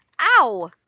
Ow